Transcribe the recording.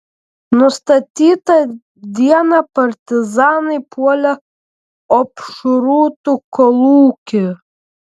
nustatytą dieną partizanai puolė opšrūtų kolūkį